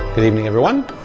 good evening, everyone.